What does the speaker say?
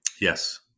Yes